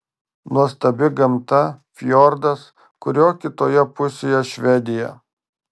nuostabi gamta fjordas kurio kitoje pusėje švedija